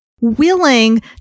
willing